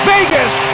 Vegas